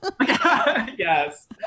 Yes